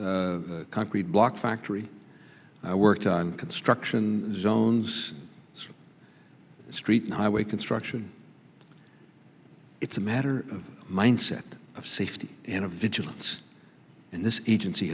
concrete block factory i worked on construction zones street highway construction it's a matter of mindset of safety and of vigilance and this agency